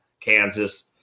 Kansas